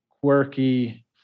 quirky